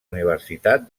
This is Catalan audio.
universitat